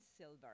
silver